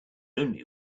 only